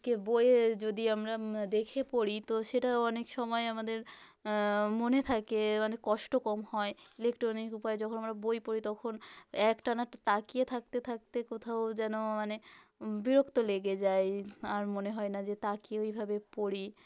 কেউ বইয়ে যদি আমরা দেখে পড়ি তো সেটা অনেক সময় আমাদের মনে থাকে মানে কষ্ট কম হয় ইলেকট্রনিক উপায়ে যখন আমরা বই পড়ি তখন একটানা তাকিয়ে থাকতে থাকতে কোথাও যেন মানে বিরক্ত লেগে যায় আর মনে হয় না যে তাকিয়ে ওইভাবে পড়ি